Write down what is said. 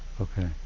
Okay